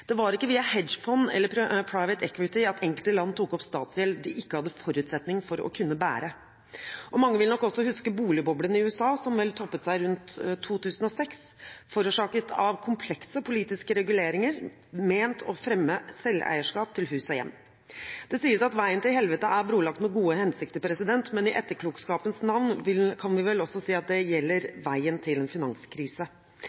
Det var ikke via hedgefond eller private equity at enkelte land tok opp statsgjeld de ikke hadde forutsetning for å kunne bære. Mange vil nok også huske boligboblen i USA, som vel toppet seg rundt 2006, forårsaket av komplekse politiske reguleringer ment å fremme selveierskap til hus og hjem. Det sies at veien til helvete er brolagt med gode hensikter, men i etterpåklokskapens navn kan vi vel også si at det